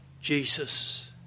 Jesus